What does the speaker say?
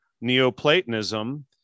Neoplatonism